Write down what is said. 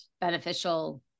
beneficial